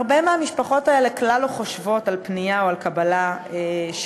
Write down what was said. הרבה מהמשפחות האלה כלל לא חושבות על פנייה או על קבלת טיפול.